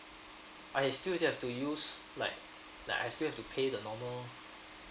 I still have to use like like I still have to pay the normal